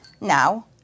Now